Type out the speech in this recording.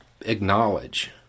acknowledge